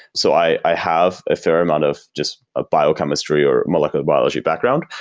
so i have a fair amount of just a biochemistry or molecular biology background.